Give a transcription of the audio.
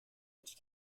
which